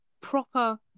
proper